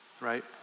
right